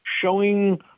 showing